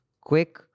quick